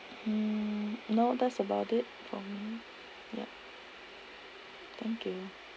hmm no that's about it from me yup thank you